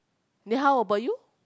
then how about you